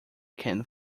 can